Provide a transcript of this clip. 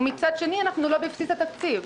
ומצד שני אנחנו לא בבסיס התקציב.